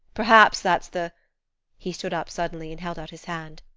perhaps that's the he stood up suddenly and held out his hand.